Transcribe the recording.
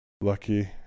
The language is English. lucky